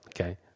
Okay